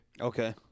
Okay